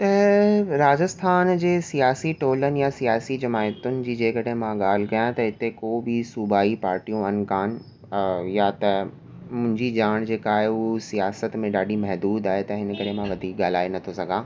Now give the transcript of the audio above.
त राजस्थान जे सियासी टोलनि या सियासी जमाइतुनि जी जेकॾहिं मां ॻाल्हि कयां त हिते को बि सूबाई पार्टियूं आहिनि कोन या त मुंजी ॼाण जेका आहे उहा सियासत में ॾाढी महदूद आहे त हिन करे मां वधीक ॻाल्हाए नथो सघां